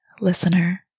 listener